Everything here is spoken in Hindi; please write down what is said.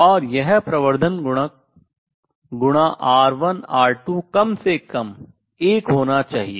और यह प्रवर्धन गुणक गुणा R1 R2 कम से कम 1 होना चाहिए